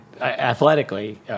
athletically